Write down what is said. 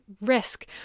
risk